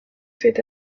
fait